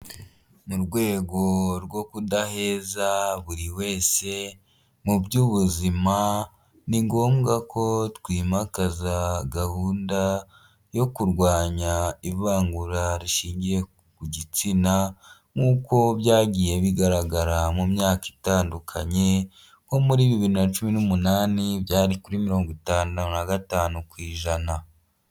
Mu rwego rwo kudaheza buri wese mu by'ubuzima ni ngombwa ko twimakaza gahunda yo kurwanya ivangura rishingiye ku gitsina nk'uko byagiye bigaragara mu myaka itandukanye nko muri bibiri na cumi n'umunani byari kuri mirongo itanu na gatanu ku ijana.